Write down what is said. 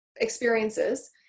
experiences